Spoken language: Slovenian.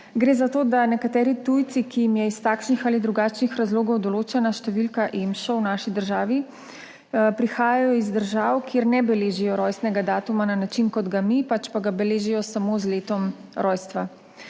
Gre za to, da nekateri tujci, ki jim je iz takšnih ali drugačnih razlogov določena številka EMŠO v naši državi, prihajajo iz držav, kjer ne beležijo rojstnega datuma na način, kot ga mi, pač pa ga beležijo samo z letom rojstva.